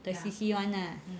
the C_C one lah